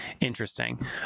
interesting